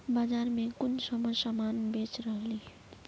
बाजार में कुंसम सामान बेच रहली?